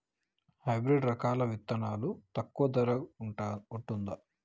Hybrid రకాల విత్తనాలు తక్కువ ధర ఉంటుందా?